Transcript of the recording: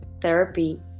therapy